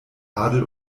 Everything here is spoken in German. adel